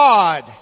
God